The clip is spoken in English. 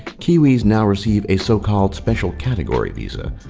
kiwis now receive a so-called special category visa.